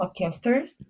podcasters